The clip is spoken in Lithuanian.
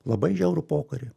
labai žiaurų pokarį